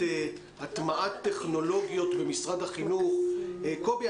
הטמעת טכנולוגיות במשרד החינוך קובי,